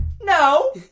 no